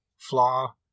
Flaw